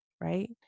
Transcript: right